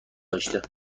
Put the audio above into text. داشته